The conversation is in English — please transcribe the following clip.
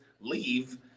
leave